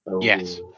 Yes